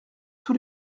tous